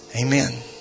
Amen